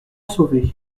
sauvé